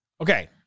okay